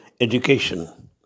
Education